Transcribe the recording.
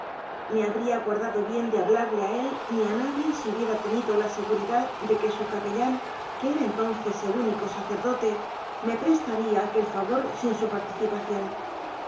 me habría guardado bien de hablarle a él ni a nadie si hubiera tenido la seguridad de que su capellán que era entonces el único sacerdote me prestaría aquel favor sin su participación